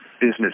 business